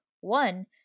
one